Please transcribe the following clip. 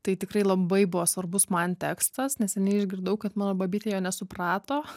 tai tikrai labai buvo svarbus man tekstas neseniai išgirdau kad mano babytė jo nesuprato